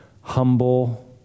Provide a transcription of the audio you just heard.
humble